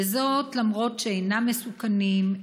וזאת למרות שהם אינם מסוכנים,